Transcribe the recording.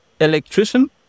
electrician